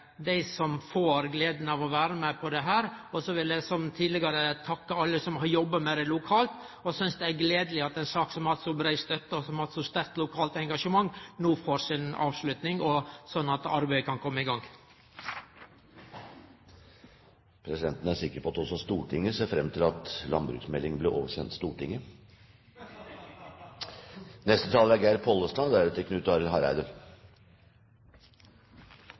som får gleda av å vere med på dette. Så vil eg som tidlegare talarar takke alle dei som har jobba med dette lokalt. Eg synest det er gledeleg at ei sak som har hatt så brei støtte og skapt eit så sterkt lokalt engasjement, no får si avslutning, slik at arbeidet kan kome i gang. Presidenten er sikker på at også Stortinget ser frem til at landbruksmeldingen blir oversendt Stortinget. Dette er